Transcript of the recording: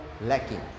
lacking